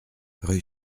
rue